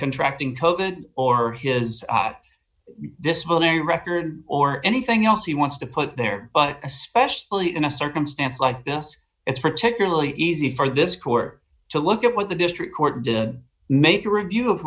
contracting or his disciplinary record or anything else he wants to put there but especially in a circumstance like this it's particularly easy for this court to look at what the district court did make a review of